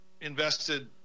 invested